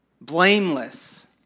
blameless